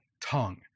tongue